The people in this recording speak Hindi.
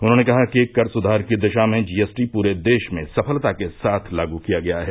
उन्होंने कहा कि कर सुधार की दिशा में जीएसटी पूरे देश में सफलता के साथ लागू किया गया है